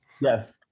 yes